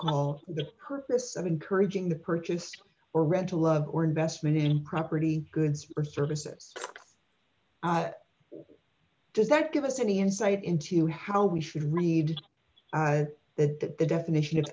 call the purpose of encouraging the purchase or rental love or investment in property goods or services does that give us any insight into how we should read it that the definition